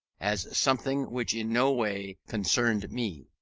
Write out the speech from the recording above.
as something which in no way concerned me.